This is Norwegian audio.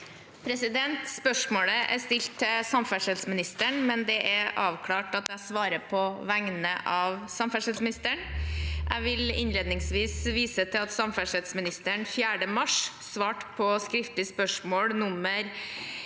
Spørsmålet er stilt til samferdselsministeren, men det er avklart at jeg svarer på vegne av samferdselsministeren. Jeg vil innledningsvis vise til at samferdselsministeren 4. mars svarte på skriftlig spørsmål nr.